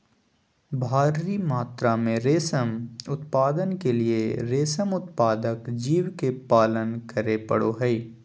भारी मात्रा में रेशम उत्पादन के लिए रेशम उत्पादक जीव के पालन करे पड़ो हइ